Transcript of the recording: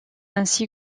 ainsi